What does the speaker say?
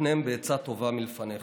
ותקנם בעצה טובה מלפניך.